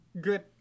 Good